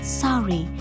sorry